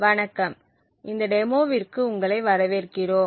வணக்கம் இந்த டெமோவிற்கு உங்களை வரவேற்கிறோம்